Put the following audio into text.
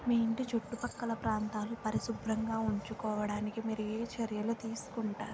మీ ఇంటి చుట్టుపక్కల ప్రాంతాలు పరిశుభ్రంగా ఉంచుకోవడానికి మీరు ఏ చర్యలు తీసుకుంటారు